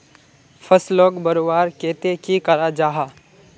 फसलोक बढ़वार केते की करा जाहा?